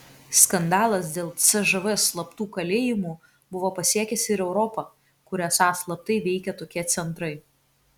skandalas dėl cžv slaptų kalėjimų buvo pasiekęs ir europą kur esą slaptai veikė tokie centrai